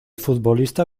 futbolista